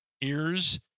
ears